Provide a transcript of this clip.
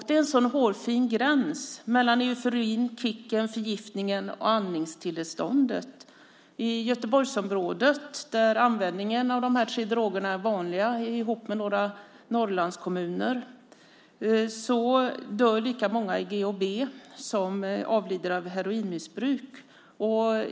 Det är en så hårfin gräns mellan euforin, kicken, förgiftningen och andningsstilleståndet. I Göteborgsområdet och i några Norrlandskommuner, där användningen av de här tre drogerna är vanlig, dör lika många av GHB som av heroinmissbruk.